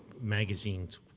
magazines